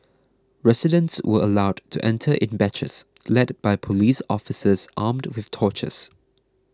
residents were allowed to enter in batches led by police officers armed with torches